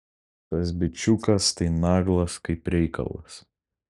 tas bičiukas tai naglas kaip reikalas